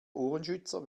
ohrenschützer